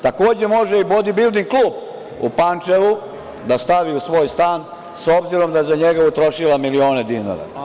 Takođe, može i bodi-bilding klub u Pančevu da stavi u svoj stan, s obzirom da je za njega utrošila milione dinara.